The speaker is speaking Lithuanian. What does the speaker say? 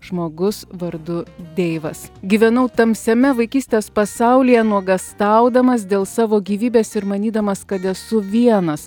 žmogus vardu deivas gyvenau tamsiame vaikystės pasaulyje nuogąstaudamas dėl savo gyvybės ir manydamas kad esu vienas